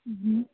ਹੂੰ ਹੂੰ